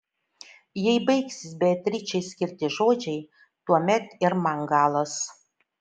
jei baigsis beatričei skirti žodžiai tuomet ir man galas